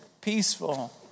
peaceful